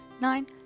nine